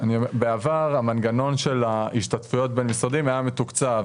בעבר המנגנון של השתתפויות בין המשרדים היה מתוקצב,